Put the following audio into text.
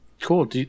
Cool